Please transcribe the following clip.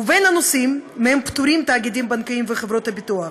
הנושאים שמהם פטורים תאגידים בנקאיים וחברות ביטוח: